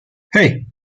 hey